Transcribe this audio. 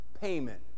payment